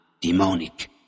demonic